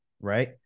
right